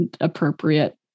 appropriate